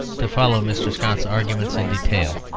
to follow mr. scott's arguments in detail.